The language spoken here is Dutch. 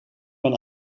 van